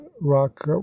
rock